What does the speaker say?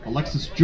Alexis